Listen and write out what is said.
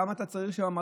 למה צריך שהמלון,